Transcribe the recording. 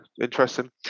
interesting